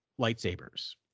lightsabers